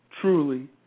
truly